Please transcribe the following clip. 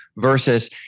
versus